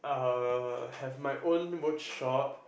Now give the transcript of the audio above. uh have my own workshop